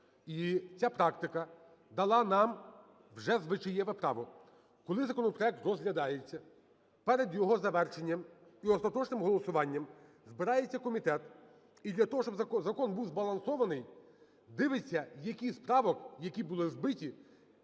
І ця практика дала нам вже звичаєве право: коли законопроект розглядається, перед його завершенням і остаточним голосуванням збирається комітет, і для того, щоби закон був збалансований, дивиться, які з правок, які були збиті,